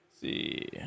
see